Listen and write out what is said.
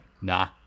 nah